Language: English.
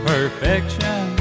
Perfection